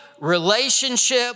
relationship